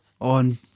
On